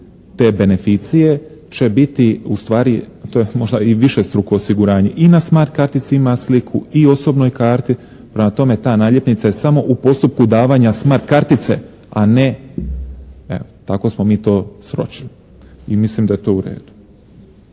te beneficije će biti ustvari, to je možda i višestruko osiguranje i na smart kartici ima sliku i osobnoj karti, prema tome ta naljepnica je samo u postupku davanja smart kartice, a ne, evo tako smo mi to sročili i mislim da je to u redu.